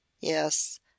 Yes